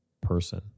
person